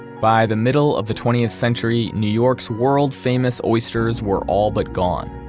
by the middle of the twentieth century, new york's world-famous oysters were all but gone,